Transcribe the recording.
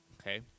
Okay